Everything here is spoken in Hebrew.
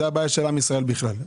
זאת הבעיה של עם ישראל בכלל.